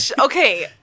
Okay